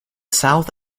south